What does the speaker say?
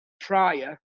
prior